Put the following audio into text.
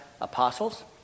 apostles